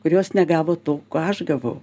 kurios negavo to ko aš gavau